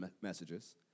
messages